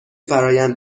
فرایند